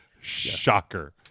Shocker